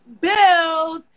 bills